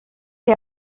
que